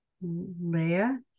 Leah